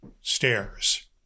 stairs